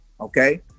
Okay